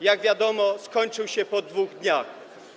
Jak wiadomo, skończył się po 2 dniach.